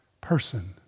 person